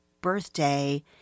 birthday